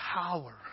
power